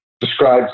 describes